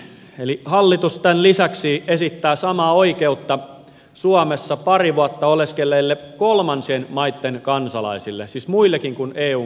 hallitus tämän lisäksi esittää samaa oikeutta suomessa pari vuotta oleskelleille kolmansien maitten kansalaisille siis muillekin kuin eun kansalaisille